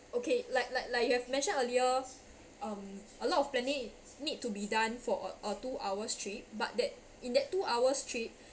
okay like like like you have mentioned earlier um a lot of planning need to be done for a a two hours trip but that in that two hours trip